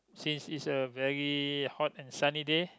since it's a very hot and sunny day